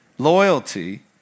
Loyalty